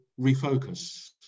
refocus